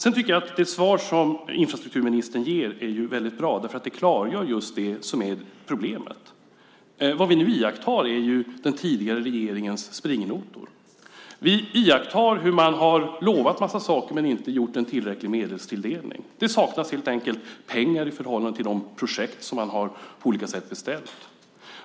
Sedan tycker jag att det svar som infrastrukturministern ger är väldigt bra, därför att det klargör just det som är problemet. Vad vi nu iakttar är ju den tidigare regeringens springnotor. Vi iakttar hur man har lovat en massa saker men inte gjort en tillräcklig medelstilldelning. Det saknas helt enkelt pengar i förhållande till de projekt som man på olika sätt har beställt.